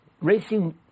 racing